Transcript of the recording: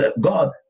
God